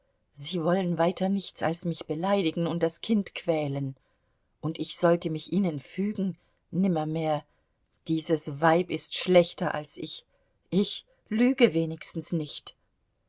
sie wollen weiter nichts als mich beleidigen und das kind quälen und ich sollte mich ihnen fügen nimmermehr dieses weib ist schlechter als ich ich lüge wenigstens nicht